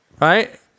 right